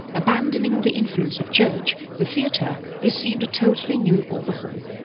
abandoning the influence of church, the theatre received a totally new overhaul.